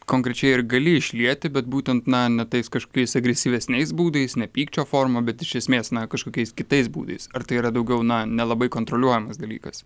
konkrečiai ir gali išlieti bet būtent na ne tais kažkokiais agresyvesniais būdais ne pykčio forma bet iš esmės na kažkokiais kitais būdais ar tai yra daugiau na nelabai kontroliuojamas dalykas